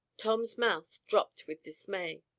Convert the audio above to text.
tom's mouth dropped with dismay,